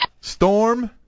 Storm